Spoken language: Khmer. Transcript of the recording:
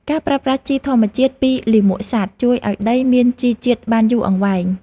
ការប្រើប្រាស់ជីធម្មជាតិពីលាមកសត្វ ជួយឱ្យដីមានជីជាតិបានយូរអង្វែង។